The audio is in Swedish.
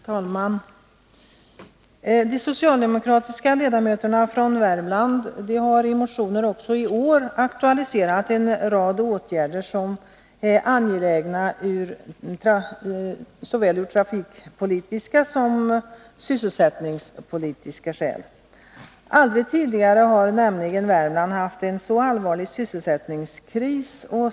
Herr talman! Vi socialdemokratiska ledamöter från Värmland har i motioner också i år aktualiserat en rad åtgärder, som är angelägna av såväl trafikpolitiska som sysselsättningspolitiska skäl. Värmland har nämligen aldrig tidigare upplevt en så allvarlig sysselsättningskris som nu.